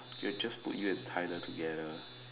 we'll just put you and Tyler together